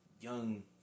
young